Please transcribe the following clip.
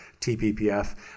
TPPF